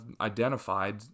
identified